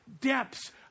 depths